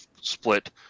split